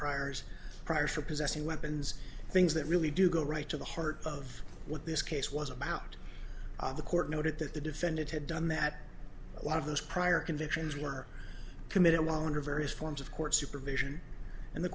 priors prior for possessing weapons things that really do go right to the heart of what this case was about the court noted that the defendant had done that a lot of those prior convictions were committed on her various forms of court supervision and the